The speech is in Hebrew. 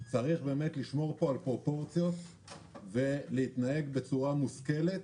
צריך לשמור על פרופורציות ולהתנהג בצורה מושכלת,